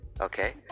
Okay